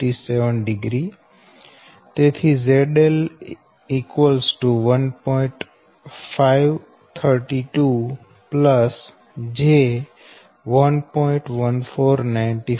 532 j 1